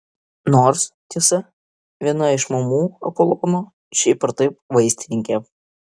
nors tiesa viena iš mamų apolono šiaip ar taip vaistininkė